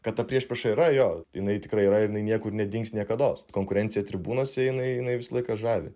kad ta priešprieša yra jo jinai tikrai yra ir jinai niekur nedings niekados konkurencija tribūnose jinai jinai visą laiką žavi